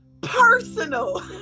personal